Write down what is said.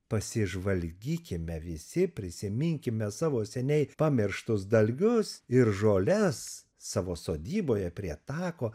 pasižvalgykime visi prisiminkime savo seniai pamirštus dalgius ir žoles savo sodyboje prie tako